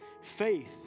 Faith